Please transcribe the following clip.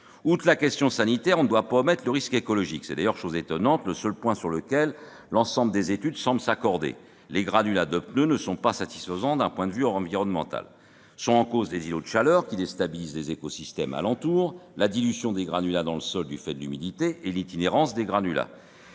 La question sanitaire ne doit pas dissimuler le risque écologique. C'est d'ailleurs, chose étonnante, le seul point sur lequel l'ensemble des études semble s'accorder : les granulats de pneus ne sont pas satisfaisants d'un point de vue environnemental. Sont en cause les îlots de chaleur, qui déstabilisent les écosystèmes alentour, la dilution des granulats dans le sol du fait de l'humidité et leur itinérance. Vous